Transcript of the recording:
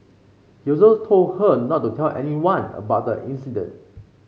he also told her not to tell anyone about the incident